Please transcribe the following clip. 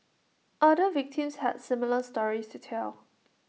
other victims has similar stories to tell